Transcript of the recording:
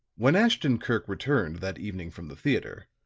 when ashton-kirk returned that evening from the theatre,